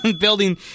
building